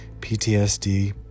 PTSD